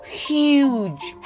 huge